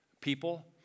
people